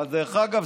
אבל דרך אגב,